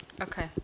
Okay